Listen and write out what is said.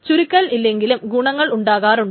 ചുരുക്കി ഇല്ലെങ്കിലും ഗുണങ്ങൾ ഉണ്ടാകാറുണ്ട്